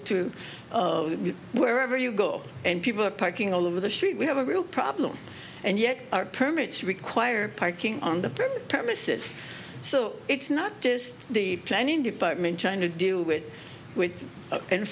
to wherever you go and people are parking all over the street we have a real problem and yet our permits require parking on the premises so it's not just the planning department trying to do it with